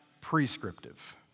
prescriptive